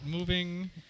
Moving